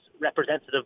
representative